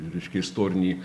reiškia istorinį